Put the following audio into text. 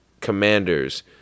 commanders